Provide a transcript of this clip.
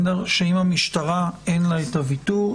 שאם המשטרה אין לה ויתור,